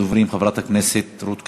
ראשונת הדוברים, חברת הכנסת רות קלדרון.